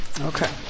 Okay